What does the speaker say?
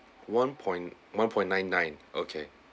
one point one point nine nine okay